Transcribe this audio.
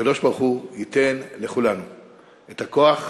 שהקדוש-ברוך-הוא ייתן לכולנו את הכוח,